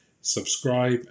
subscribe